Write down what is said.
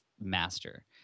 master